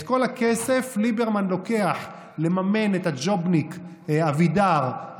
את כל הכסף ליברמן לוקח לממן את הג'ובניק אבידר,